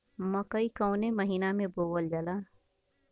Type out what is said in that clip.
मकई कवने महीना में बोवल जाला?